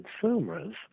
consumers